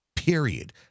Period